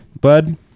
bud